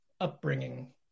upbringing